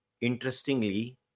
interestingly